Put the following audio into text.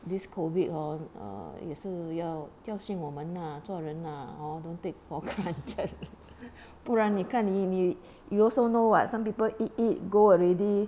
this COVID hor err 也是要教训我们呐做人呢 orh don't take for granted 不然你看你你 you also know [what] some people eat eat go already